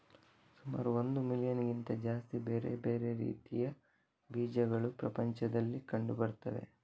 ಸುಮಾರು ಒಂದು ಮಿಲಿಯನ್ನಿಗಿಂತ ಜಾಸ್ತಿ ಬೇರೆ ಬೇರೆ ರೀತಿಯ ಬೀಜಗಳು ಪ್ರಪಂಚದಲ್ಲಿ ಕಂಡು ಬರ್ತವೆ